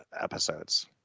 episodes